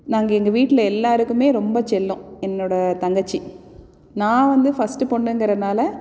நாங்கள் எங்கள் வீட்டில் எல்லாருக்குமே ரொம்ப செல்லம் என்னோடய தங்கச்சி நான் வந்து ஃபஸ்டு பொண்ணுங்கிறதினால